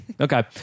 Okay